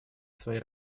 своей